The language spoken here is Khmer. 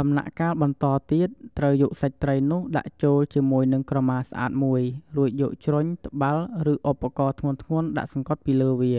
ដំណាក់កាលបន្តទៀត ត្រូវយកសាច់ត្រីនោះដាក់ចូលជាមួយនឹងក្រមាស្អាតមួយ រួចយកជ្រុញ ត្បាល់ ឬឧបករណ៍ធ្ងន់ៗដាក់សង្កត់ពីលើវា